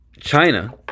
China